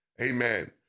amen